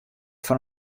fan